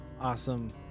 awesome